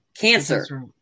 cancer